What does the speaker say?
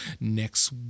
next